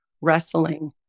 wrestling